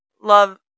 love